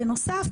בנוסף,